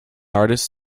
artists